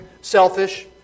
selfish